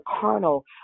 carnal